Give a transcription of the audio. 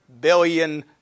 billion